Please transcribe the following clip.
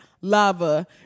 lava